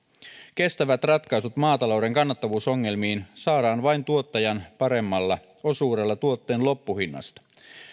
kestävät ratkaisut maatalouden kannattavuusongelmiin saadaan vain tuottajan paremmalla osuudella tuotteen loppuhinnasta